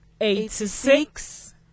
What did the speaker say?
eighty-six